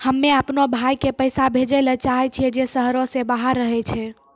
हम्मे अपनो भाय के पैसा भेजै ले चाहै छियै जे शहरो से बाहर रहै छै